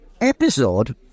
episode